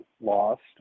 lost